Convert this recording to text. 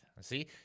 See